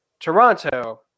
Toronto